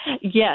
Yes